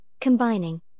combining